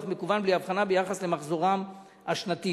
מקוון בלי הבחנה ביחס למחזורם השנתי.